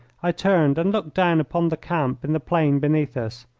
i turned and looked down upon the camp in the plain beneath us.